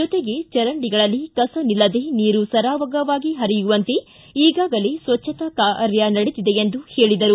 ಜೊತೆಗೆ ಚರಂಡಿಗಳಲ್ಲಿ ಕಸ ನಿಲ್ಲದೇ ನೀರು ಸರಾಗವಾಗಿ ಹರಿಯುವಂತೆ ಈಗಾಲೇ ಸ್ವಚ್ಛತಾ ಕಾರ್ಯ ನಡೆದಿದೆ ಎಂದರು